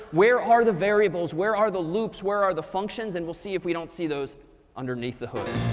where are the variables? where are the loops? where are the functions? and we'll see if we don't see those underneath the hood.